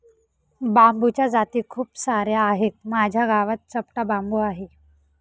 बांबूच्या जाती खूप सार्या आहेत, माझ्या गावात चपटा बांबू आहे